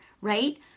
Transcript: right